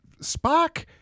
Spock